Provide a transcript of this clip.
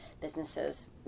businesses